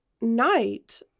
night